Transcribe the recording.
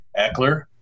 Eckler